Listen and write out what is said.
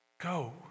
Go